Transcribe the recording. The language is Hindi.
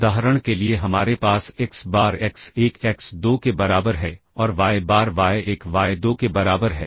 उदाहरण के लिए हमारे पास एक्स बार एक्स1 एक्स2 के बराबर है और वाय बार वाय1 वाय2 के बराबर है